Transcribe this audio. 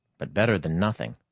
but better than nothing.